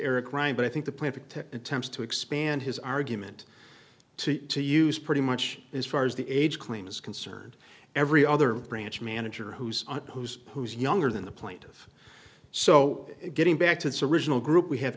eric ryan but i think the plan protect attempts to expand his argument to to use pretty much as far as the age claim is concerned every other branch manager who's who's who's younger than the plaintiff so getting back to its original group we have